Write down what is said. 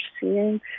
seeing